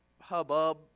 hubbub